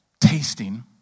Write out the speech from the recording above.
tasting